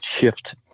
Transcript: shift